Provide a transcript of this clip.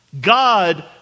God